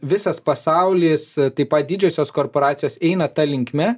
visas pasaulis taip pat didžiosios korporacijos eina ta linkme